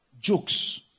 jokes